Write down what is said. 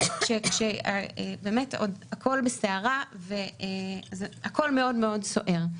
כשבאמת הכול בסערה, הכול מאוד מאוד סוער.